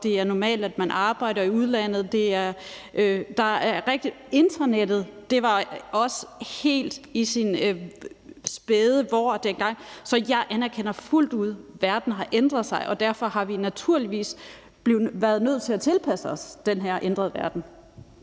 det er normalt, at man arbejder i udlandet. Internettet var også helt i sin spæde vår dengang. Så jeg anerkender fuldt ud, at verden har ændret sig. Og derfor har vi naturligvis være nødt til at tilpasse os den her ændrede verden.